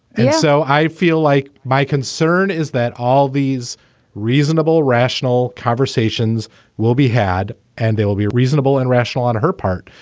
and so i feel like my concern is that all these reasonable, rational conversations will be had and they will be a reasonable and rational on her part.